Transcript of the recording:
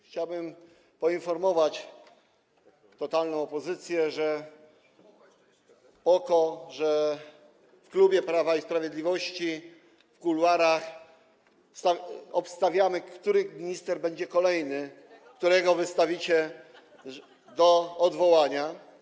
Chciałbym poinformować totalną opozycję, PO-KO, że w klubie Prawa i Sprawiedliwości, w kuluarach obstawiamy, który minister będzie kolejnym ministrem, którego wystawicie do odwołania.